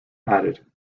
added